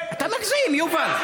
אתה מגזים, יובל.